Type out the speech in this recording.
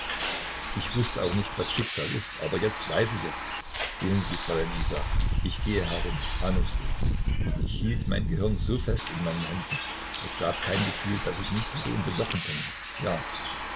ich wußte auch nicht was schicksal ist aber jetzt weiß ich es sehen sie fräulein isa ich gehe herum ahnungslos ich hielt mein gehirn so fest in meinen händen es gab kein gefühl das ich nicht hätte unterjochen können ja